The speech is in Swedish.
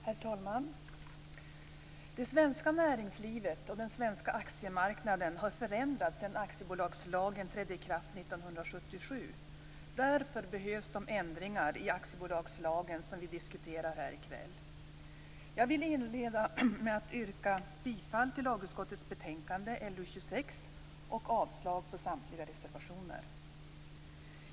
Herr talman! Det svenska näringslivet och den svenska aktiemarknaden har förändrats sedan aktiebolagslagen trädde i kraft 1977. Därför behövs de ändringar i aktiebolagslagen som vi diskuterar här i kväll. Jag vill inleda med att yrka bifall till lagutskottets betänkande LU26 och avslag på samtliga reservationer.